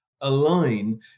align